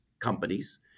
companies